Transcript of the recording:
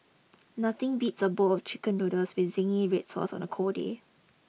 nothing beats a bowl of chicken noodles with zingy red sauce on a cold day